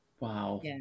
Wow